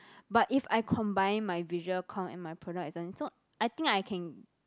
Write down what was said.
but if I combine my visual comm and my product design so I think I can